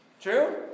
True